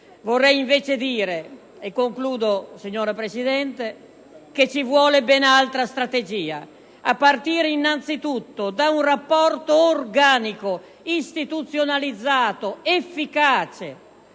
Vorrei invece dire - e concludo, signora Presidente - che ci vuole ben altra strategia, a partire innanzitutto da un rapporto organico, istituzionalizzato ed efficace